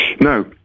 No